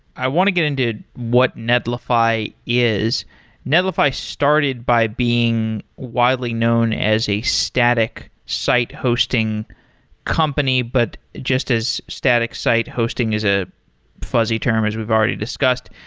i want to get into what netlify. netlify started by being widely known as a static site hosting company, but just as static site hosting is a fuzzy term as we've already discussed.